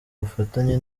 bufatanye